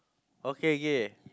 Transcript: okay K